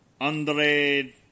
Andre